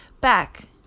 back